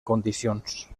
condicions